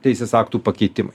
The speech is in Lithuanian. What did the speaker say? teisės aktų pakeitimai